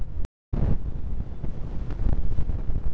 नेफेड, अमूल इत्यादि कृषि सहकारिता के उदाहरण हैं